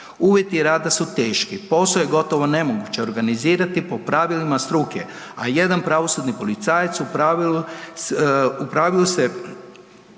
Uvjeti rada su teški, posao je gotovo nemoguće organizirati po pravilima struke, a jedan pravosudni policajac u pravilu se